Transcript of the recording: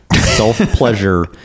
self-pleasure